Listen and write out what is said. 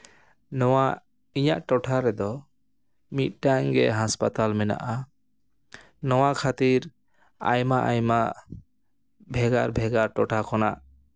ᱱᱚᱣᱟ ᱤᱧᱟ ᱜ ᱴᱚᱴᱷᱟ ᱨᱮᱫᱚ ᱢᱤᱫᱴᱟᱝ ᱜᱮ ᱦᱟᱥᱯᱟᱛᱟᱞ ᱢᱮᱱᱟᱜᱼᱟ ᱱᱚᱣᱟ ᱠᱷᱟᱹᱛᱤᱨ ᱟᱭᱢᱟ ᱟᱭᱢᱟ ᱵᱷᱮᱜᱟᱨ ᱵᱷᱮᱜᱟᱨ ᱴᱚᱴᱷᱟ ᱠᱷᱚᱱᱟᱜ